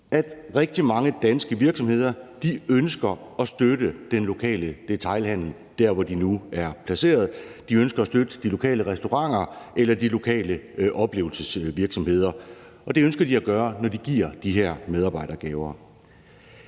at rigtig mange danske virksomheder ønsker at støtte den lokale detailhandel der, hvor de nu er placeret. De ønsker at støtte de lokale restauranter eller de lokale oplevelsesvirksomheder, og det ønsker de at gøre, når de giver de her medarbejdergaver.